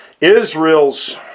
Israel's